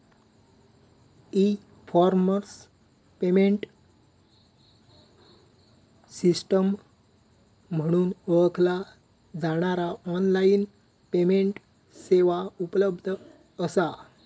E commerce payment system म्हणून ओळखला जाणारा ऑनलाइन पेमेंट सेवा उपलब्ध असा